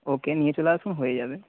ওকে নিয়ে চলে আসুন হয়ে যাবে